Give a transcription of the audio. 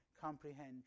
comprehend